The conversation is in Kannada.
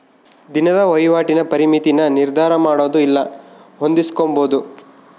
ದಿನದ ವಹಿವಾಟಿನ ಪರಿಮಿತಿನ ನಿರ್ಧರಮಾಡೊದು ಇಲ್ಲ ಹೊಂದಿಸ್ಕೊಂಬದು